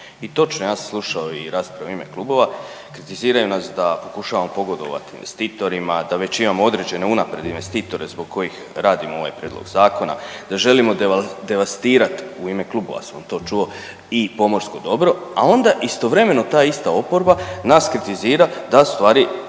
i točno je, ja sam slušao i rasprave u ime klubova, kritiziraju nas da pokušavamo pogodovati investitorima, da već imamo određene unaprijed investitore zbog kojih radimo ovaj prijedlog zakona, da želimo devastirat u ime klubova sam to čuo i pomorsko dobro, a onda istovremeno ta ista oporba nas kritizira da stvari